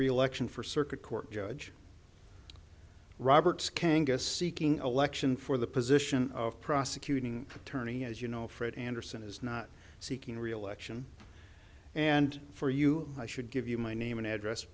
reelection for circuit court judge roberts kangas seeking election for the position of prosecuting attorney as you know fred anderson is not seeking reelection and for you i should give you my name and address